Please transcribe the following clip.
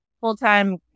full-time